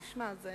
תשמע, זה